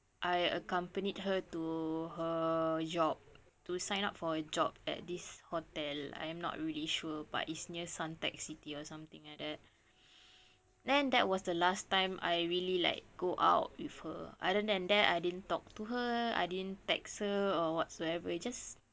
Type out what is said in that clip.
I accompanied her to her job to sign up for a job at this hotel I am not really sure but it's near suntec city or something like that then that was the last time I really like go out with her other than that I didn't talk to her I didn't text her or whatsoever it just